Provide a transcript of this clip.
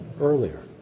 earlier